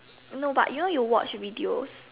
no but you or you know you watch videos